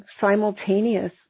simultaneous